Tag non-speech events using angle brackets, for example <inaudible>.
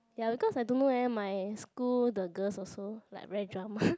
ya because I don't know leh my school the girls also like very drama <laughs>